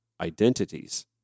identities